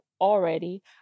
already